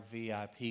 VIP